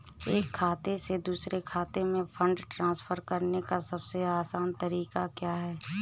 एक खाते से दूसरे खाते में फंड ट्रांसफर करने का सबसे आसान तरीका क्या है?